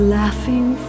laughing